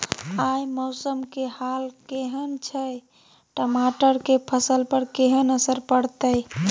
आय मौसम के हाल केहन छै टमाटर के फसल पर केहन असर परतै?